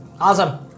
Awesome